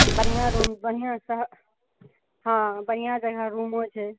बढ़िऑं रूम बढ़िऑं सन हँ बढ़िऑं जगह रूमो छै